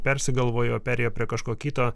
persigalvojo perėjo prie kažko kito